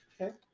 Okay